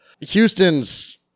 Houston's